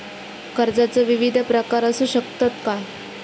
कर्जाचो विविध प्रकार असु शकतत काय?